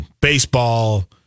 baseball